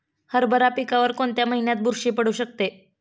हरभरा पिकावर कोणत्या महिन्यात बुरशी पडू शकते?